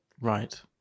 Right